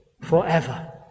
forever